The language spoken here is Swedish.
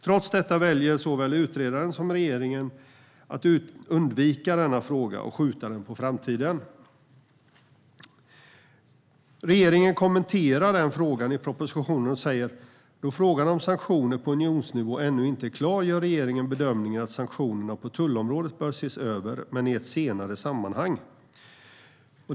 Trots detta väljer såväl utredaren som regeringen att undvika denna fråga och skjuta den på framtiden. Regeringen kommenterar denna fråga i propositionen och säger: Då frågan om sanktioner på unionsnivå ännu inte är klar gör regeringen bedömningen att sanktionerna på tullområdet bör ses över, men i ett senare sammanhang.